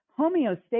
homeostasis